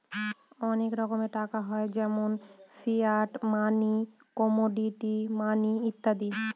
অনেক রকমের টাকা হয় যেমন ফিয়াট মানি, কমোডিটি মানি ইত্যাদি